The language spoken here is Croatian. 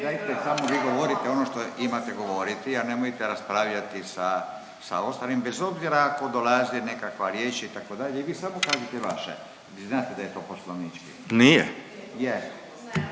Dajte samo vi govorite ono što imate govoriti, a nemojte raspravljati sa ostalim bez obzira ako dolazi nekakva riječ itd. vi samo kažite vaše, jer znate da je to poslovnički. …/Upadica